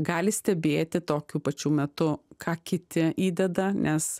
gali stebėti tokiu pačiu metu ką kiti įdeda nes